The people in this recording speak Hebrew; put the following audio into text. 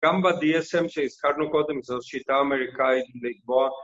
גם בdsm שהזכרנו קודם זו שיטה אמריקאית לקבוע